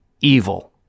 evil